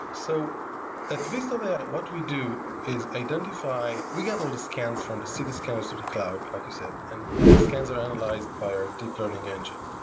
so at viz um ai, what we do is identify we get all the scans from the city scans to the cloud like you said, and the scans are analyzed by our deep learning engine.